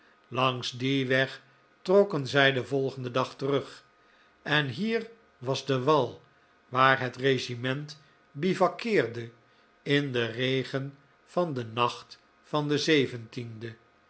langs dien weg trokken zij den volgenden dag terug en hier was de wal waar het regiment bivakkeerde in den regen in den nacht van den